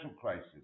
crisis